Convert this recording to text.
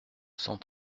cent